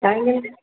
time ଏମିତି